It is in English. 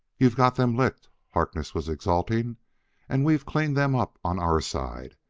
you've got them licked, harkness was exulting and we've cleaned them up on our side.